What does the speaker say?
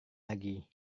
lagi